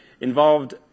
involved